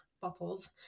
bottles